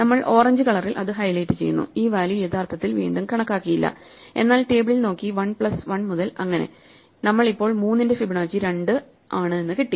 നമ്മൾ ഓറഞ്ച് കളറിൽ ഇത് ഹൈലൈറ്റ് ചെയ്യുന്നു ഈ വാല്യൂ യഥാർത്ഥത്തിൽ വീണ്ടും കണക്കാക്കിയില്ലഎന്നാൽ ടേബിളിൽ നോക്കി1 പ്ലസ് 1 മുതൽ അങ്ങനെ നമ്മൾ ഇപ്പോൾ 3 ന്റെ ഫിബനാച്ചി 2 ആണ് എന്ന് കിട്ടി